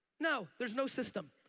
no, there's no system.